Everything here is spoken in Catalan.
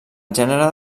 gènere